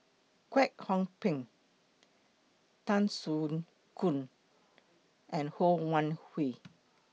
Kwek Hong Png Tan Soo Khoon and Ho Wan Hui